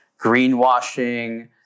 greenwashing